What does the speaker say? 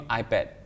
iPad